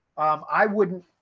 um i wouldn't,